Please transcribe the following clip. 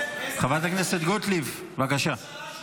חברת הכנסת גוטליב, בבקשה.